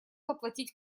оплатить